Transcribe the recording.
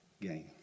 game